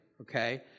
Okay